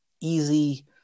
easy